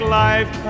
life